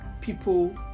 people